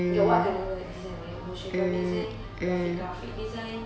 your what going to design very emotional design graphic graphic design